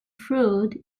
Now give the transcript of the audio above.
fruit